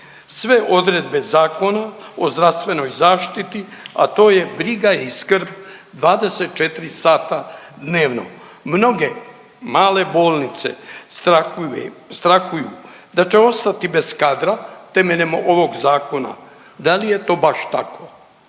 sve odredbe zakona o zdravstvenoj zaštiti, a to je briga i skrb 24 sata dnevno. Mnoge male bolnice strahuju da će ostati bez kadra temeljem ovog zakona, da li je to baš tako.